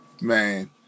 Man